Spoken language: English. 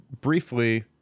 briefly